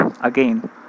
again